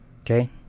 Okay